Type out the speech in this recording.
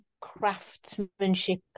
Craftsmanship